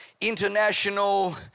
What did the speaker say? international